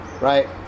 Right